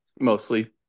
mostly